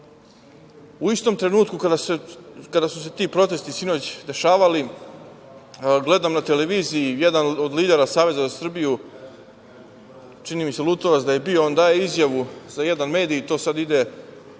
istom trenutku kada su se ti protesti sinoć dešavali, gledam na televiziji, jedan od lidera Saveza za Srbiju, čini mi se Lutovac da je bio, on daje izjavu za jedan mediji i to sad ide